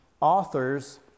authors